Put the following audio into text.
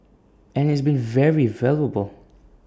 and it's been very valuable